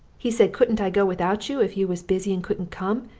he said couldn't i go without you if you was busy and couldn't come,